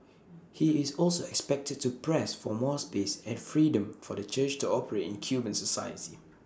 he is also expected to press for more space and freedom for the church to operate in Cuban society